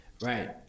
Right